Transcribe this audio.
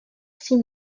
six